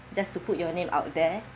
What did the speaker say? just to put your name out there